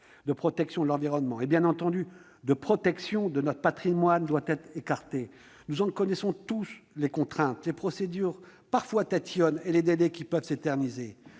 protéger l'environnement et, bien entendu, notre patrimoine doit être écarté. Nous connaissons tous les contraintes, les procédures parfois tatillonnes et les délais qui peuvent s'éterniser.